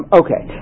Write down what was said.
okay